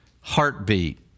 heartbeat